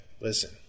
Listen